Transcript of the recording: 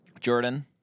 Jordan